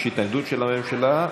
יש התנגדות של הממשלה.